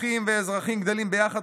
אחים ואזרחים גדלים ביחד,